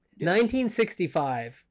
1965